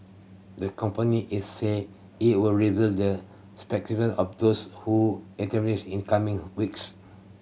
the company is say it would reveal the specific of those who in coming weeks